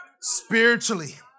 spiritually